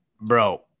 bro